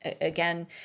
again